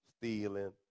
stealing